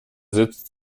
sitzt